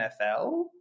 NFL